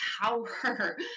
power